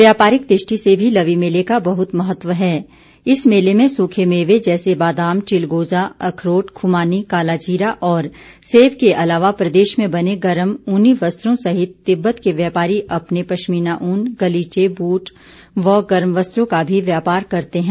व्यापारिक दृष्टि से भी लवी मेले का बहुत महत्व है इस मेले में सूखे मेवे जैसे बादाम चिलगोज़ा अखरोट खुमानी काला जीरा और सेब के अलावा प्रदेश में बने गर्म उनी वस्त्रों सहित तिब्बत के व्यापारी अपने पश्मीना ऊन गलीचे बूट व गर्म वस्त्रों का भी व्यापार करते हैं